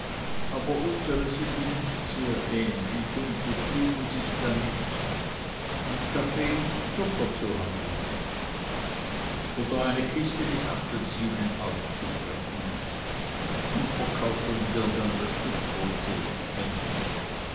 aber unsere sind ihm nicht sehr ähnlich und begnügen sich damit mit zucker und kaffee zu handeln oder eine kiste mit apfelsinen aufzubrechen und verkaufen dir dann das stück pro zehn pfennige